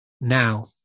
Now